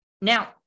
Now